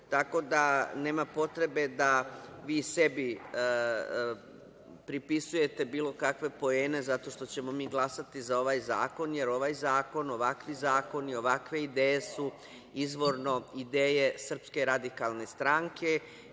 Tako da nema potrebe da vi sebi pripisujete bilo kakve poene zato što ćemo mi glasati za ovaj zakon, jer ovaj zakon, ovakvi zakoni, ovakve ideje su izvorno ideje SRS.Ponavljamo, dobro je